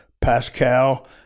Pascal